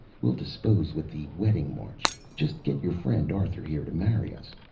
we'll dispose with the wedding march just get your friend arthur here to marry us.